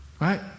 Right